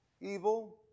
evil